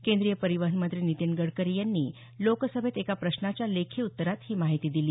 केंद्रीय परिवहन मंत्री नीतिन गडकरी यांनी लोकसभेत एका प्रश्नाच्या लेखी उत्तरात ही माहिती दिली